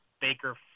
Baker